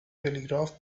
telegraph